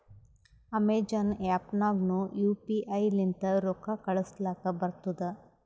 Amazon app ನಾಗ್ನು U P I ಲಿಂತ ರೊಕ್ಕಾ ಕಳೂಸಲಕ್ ಬರ್ತುದ್